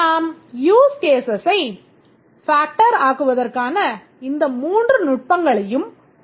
நாம் யூஸ் கேஸஸை factor ஆக்குவதற்கான இந்த மூன்று நுட்பங்களையும் பார்ப்போம்